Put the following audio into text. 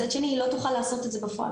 מצד שני, היא לא תוכל לעשות את זה בפועל.